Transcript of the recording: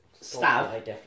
stab